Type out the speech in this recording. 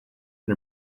and